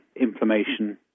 inflammation